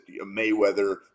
Mayweather